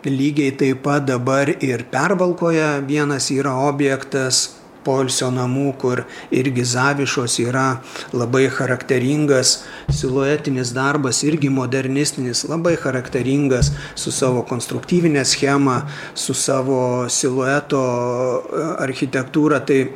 lygiai taip pat dabar ir pervalkoje vienas yra objektas poilsio namų kur irgi zavišos yra labai charakteringas siluetinis darbas irgi modernistinis labai charakteringas su savo konstruktyvine schema su savo silueto architektūra tai